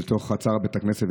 לתוך חצר בית הכנסת,